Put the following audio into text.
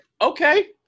okay